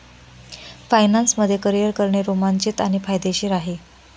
finance मध्ये career करणे रोमांचित आणि फायदेशीर आहे